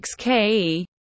XKE